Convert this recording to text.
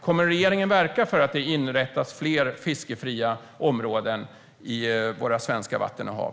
Kommer regeringen att verka för att det inrättas fler fiskefria områden i våra svenska vatten och hav?